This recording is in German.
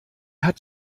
hat